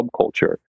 subculture